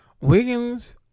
Wiggins